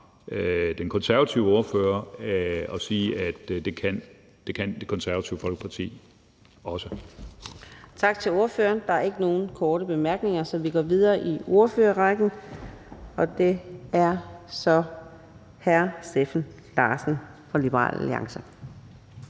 den konservative ordfører og sige, at det kan Det Konservative Folkeparti også. Kl. 15:03 Fjerde næstformand (Karina Adsbøl): Tak til ordføreren. Der er ikke nogen korte bemærkninger, så vi går videre i ordførerrækken. Det er nu hr. Steffen Larsen fra Liberal Alliance.